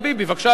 בבקשה, אדוני.